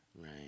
Right